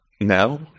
No